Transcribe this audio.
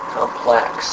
complex